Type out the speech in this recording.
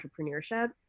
entrepreneurship